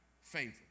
favor